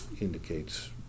indicates